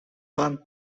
pan